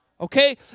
Okay